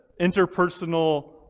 interpersonal